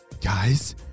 Guys